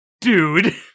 dude